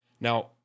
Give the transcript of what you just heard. Now